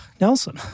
Nelson